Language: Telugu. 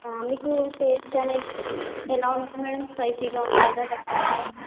మీకు టేస్ట్ అనేది ఎలా ఉండాలి మేడం స్పైసీగా ఉండాలా లేకపోతే ఎలా ఉండాలి